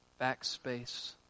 backspace